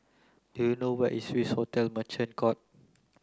do you know where is Swissotel Merchant Court